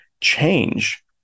change